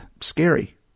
scary